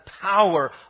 power